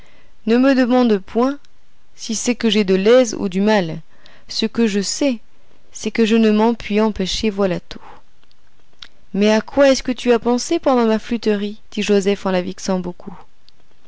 ne me demande donc point si c'est que j'ai de l'aise ou du mal ce que je sais c'est que je ne m'en puis empêcher voilà tout mais à quoi est-ce que tu as pensé pendant ma flûterie dit joseph en la fixant beaucoup